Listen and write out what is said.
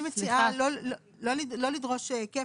אני מציעה לא לדרוש כפל,